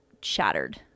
shattered